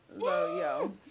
yo